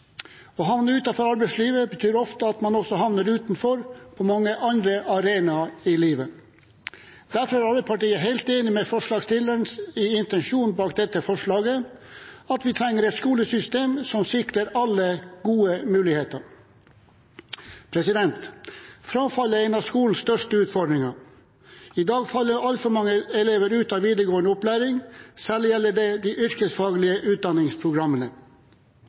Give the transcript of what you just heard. Å havne utenfor arbeidslivet betyr ofte at man også havner utenfor på mange andre arenaer i livet. Derfor er Arbeiderpartiet helt enig i forslagsstillernes intensjon bak dette forslaget, at vi trenger et skolesystem som sikrer alle gode muligheter. Frafallet er en av skolens største utfordringer. I dag faller altfor mange elever ut av videregående opplæring, særlig gjelder det de yrkesfaglige utdanningsprogrammene.